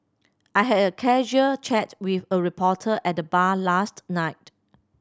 I had a casual chat with a reporter at the bar last night